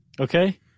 Okay